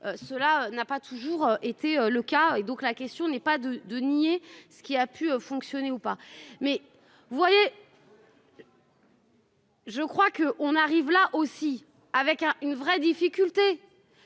Cela n'a pas toujours été le cas et donc la question n'est pas de de nier ce qui a pu fonctionner ou pas. Mais vous voyez. Je crois que on arrive là aussi avec un une vraie difficulté,